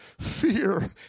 Fear